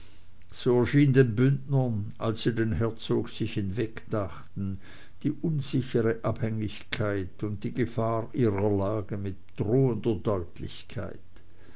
den bündnern als sie den herzog sich hinwegdachten die unsichere abhängigkeit und die gefahr ihrer lage mit drohender deutlichkeit